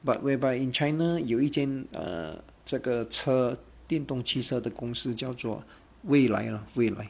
but whereby in china 有一间 err 这个车电动汽车的公司叫做蔚来 ah 蔚来